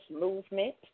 movement